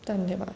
ਧੰਨਵਾਦ